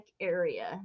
area